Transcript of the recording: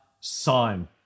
sign